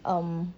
um